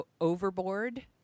Overboard